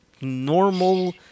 normal